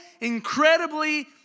incredibly